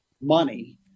money